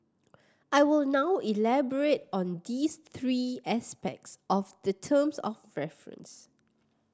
I will now elaborate on these three aspects of the terms of reference